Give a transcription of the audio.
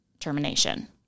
termination